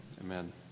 Amen